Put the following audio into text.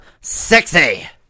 Sexy